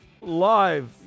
live